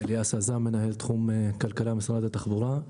אליאס עזאם, מנהל תחום כלכלה במשרד התחבורה.